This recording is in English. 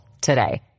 today